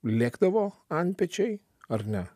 lėkdavo antpečiai ar ne